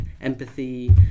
empathy